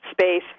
space